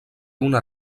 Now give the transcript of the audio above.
una